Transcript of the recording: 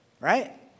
Right